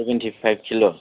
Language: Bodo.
सेभेनटि फाइभ किल'